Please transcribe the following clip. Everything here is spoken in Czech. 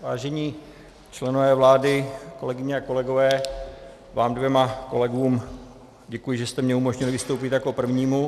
Vážení členové vlády, kolegyně a kolegové, vám dvěma kolegům děkuji, že jste mi umožnili vystoupit jako prvnímu.